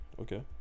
Okay